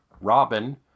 Robin